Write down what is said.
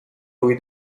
lui